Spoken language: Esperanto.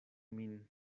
min